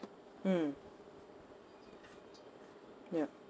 mm yup